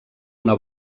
una